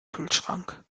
kühlschrank